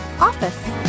OFFICE